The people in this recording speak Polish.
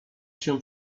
się